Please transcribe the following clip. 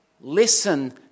Listen